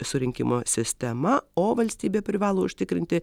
surinkimo sistema o valstybė privalo užtikrinti